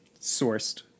sourced